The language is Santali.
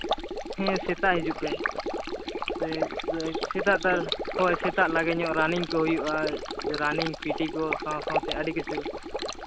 ᱦᱮᱸ ᱥᱮᱛᱟᱝ ᱦᱤᱡᱩᱜ ᱯᱮ ᱥᱮᱛᱟᱜ ᱫᱚ ᱦᱳᱭ ᱥᱮᱛᱟᱜ ᱞᱟᱹᱜᱤᱫᱚᱜ ᱨᱟᱱᱤᱝ ᱠᱚ ᱦᱩᱭᱩᱜᱼᱟ ᱨᱟᱱᱤᱝ ᱯᱤᱴᱤ ᱠᱚ ᱥᱟᱶ ᱥᱟᱶᱛᱮ ᱟᱹᱰᱤ ᱠᱤᱪᱷᱩ